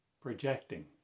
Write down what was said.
projecting